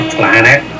planet